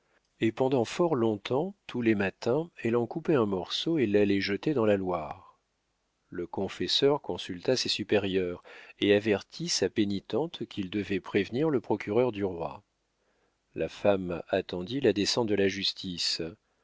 et pendant fort long-temps tous les matins elle en coupait un morceau et l'allait jeter dans la loire le confesseur consulta ses supérieurs et avertit sa pénitente qu'il devait prévenir le procureur du roi la femme attendit la descente de la justice